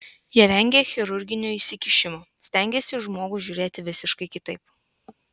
jie vengia chirurginio įsikišimo stengiasi į žmogų žiūrėti visiškai kitaip